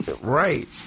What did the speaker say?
Right